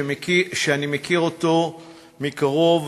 שאני מכיר אותו מקרוב,